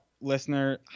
listener